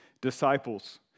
disciples